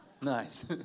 Nice